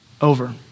Over